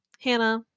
Hannah